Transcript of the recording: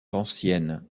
anciennes